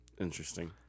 Interesting